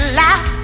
laugh